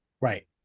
Right